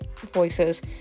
voices